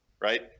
right